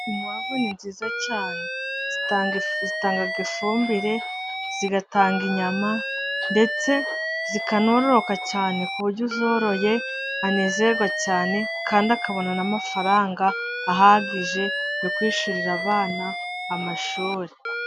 Inkwavu ni nziza cyane zitanga ifumbire zigatanga inyama ndetse zikanoroka cyane, ku buryo uzoroye anezerwa cyane kandi akabona n'amafaranga ahagije yo kwishyurira abana amashuri.